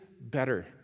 better